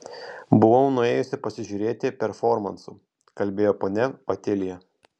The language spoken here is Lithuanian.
buvau nuėjusi pasižiūrėti performansų kalbėjo ponia otilija